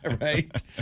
Right